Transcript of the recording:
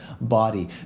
body